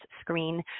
screen